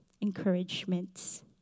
encouragements